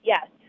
Yes